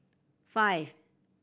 five